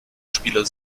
spieler